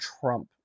Trump